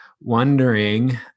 Wondering